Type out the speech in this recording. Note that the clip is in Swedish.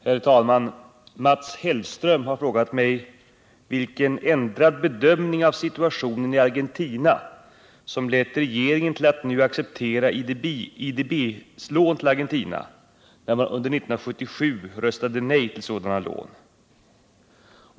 Herr talman! Mats Hellström har frågat mig vilken ändrad bedömning av situationen i Argentina som lett regeringen till att nu acceptera IDB:s lån till Argentina, när man under år 1977 röstat nej till sådana lån.